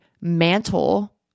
mantle